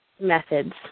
methods